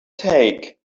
take